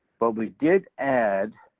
but we did add,